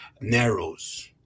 narrows